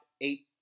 eight